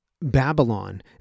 Babylon